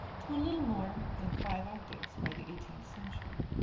to a little more than five octaves by the eighteenth century,